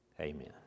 Amen